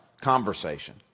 conversation